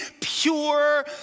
pure